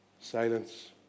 silence